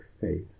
faith